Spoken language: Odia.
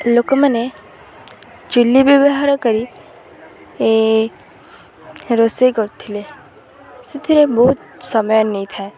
ଲୋକମାନେ ଚୁଲି ବ୍ୟବହାର କରି ରୋଷେଇ କରୁଥିଲେ ସେଥିରେ ବହୁତ ସମୟ ନେଇଥାଏ